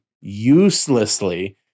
uselessly